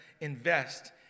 invest